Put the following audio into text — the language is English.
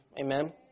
Amen